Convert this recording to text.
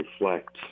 reflect